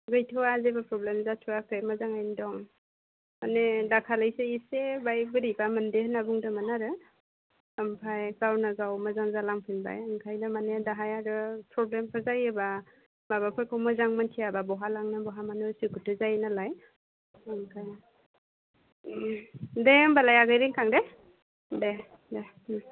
गैथा'वा जेबो प्रब्लेम जाथ'वाखै मोजाङैनो दं माने दाखालिसो एसे बाय बोरैबा मोन्दो होनना बुंदोंमोन आरो ओमफाय गावनो गाव मोजां जालांफिनबाय ओंखायनो माने दाहाय आरो प्रब्लेमफोर जायोब्ला माबाफोरखौ मोजां मोन्थियाब्ला बहा लांनो बहा मानो उसु खुथु जायो नालाय ओंखायनो दे होमब्लालाय आगै रिंखां दे दे दे